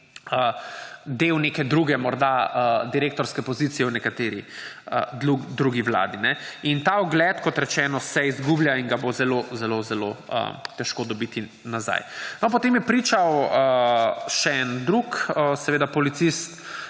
del neke druge, morda direktorske pozicije v nekateri drugi vladi. In ta ugled, kot rečeno, se izgublja in ga bo zelo zelo zelo težko dobiti nazaj. Potem je pričal še en drug policist.